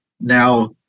Now